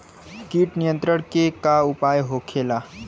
कीट नियंत्रण के का उपाय होखेला?